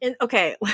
okay